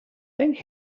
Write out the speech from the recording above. thank